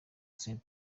saint